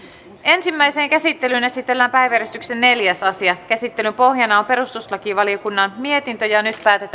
ensimmäiseen käsittelyyn esitellään päiväjärjestyksen neljäs asia käsittelyn pohjana on perustuslakivaliokunnan mietintö yhdeksän nyt päätetään lakiehdotusten